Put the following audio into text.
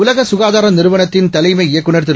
உலகசுகாதாரநிறுவனத்தின்தலைமைஇயக்குனர்திரு